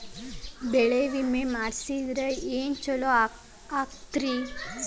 ಬೆಳಿ ವಿಮೆ ಮಾಡಿಸಿದ್ರ ಏನ್ ಛಲೋ ಆಕತ್ರಿ?